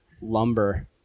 Lumber